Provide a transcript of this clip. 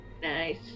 Nice